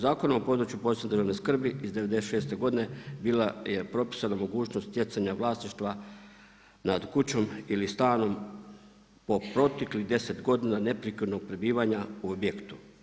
Zakon o području posebne državne skrbi iz '96. godina bila je propisana mogućnost stjecanja vlasništva nad kućom ili stanom po proteklih 10 godina neprekidnog prebivanja u objektu.